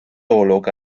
olwg